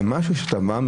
למשהו שאתה בא,